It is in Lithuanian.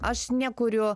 aš nekuriu